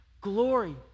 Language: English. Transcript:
glory